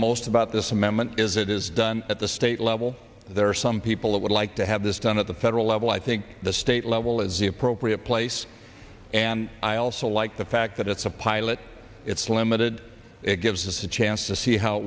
most about this amendment is it is done at the state level there are some people that would like to have this done at the federal level i think the state level is the appropriate place and i also like the fact that it's a pilot it's limited it gives us a chance to see how it